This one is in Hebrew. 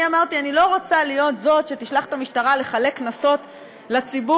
אמרתי שאני לא רוצה להיות זאת שתשלח את המשטרה לחלק קנסות לציבור,